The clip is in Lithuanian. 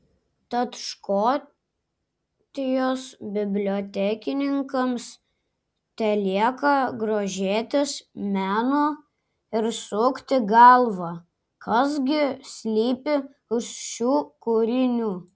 tad škotijos bibliotekininkams telieka grožėtis menu ir sukti galvą kas gi slypi už šių kūrinių